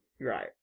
Right